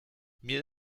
mir